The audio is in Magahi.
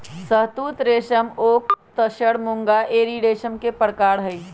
शहतुत रेशम ओक तसर मूंगा एरी रेशम के परकार हई